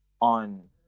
on